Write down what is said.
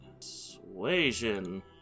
Persuasion